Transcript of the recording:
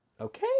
Okay